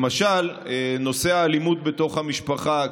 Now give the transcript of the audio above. למשל נושא האלימות בתוך המשפחה.